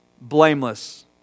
blameless